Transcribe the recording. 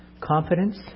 confidence